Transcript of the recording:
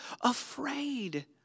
afraid